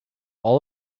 all